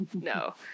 No